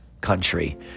country